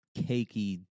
cakey